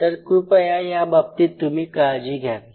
तर कृपया याबाबतीत तुम्ही काळजी घ्यावी